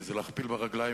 ואומר: